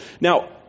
Now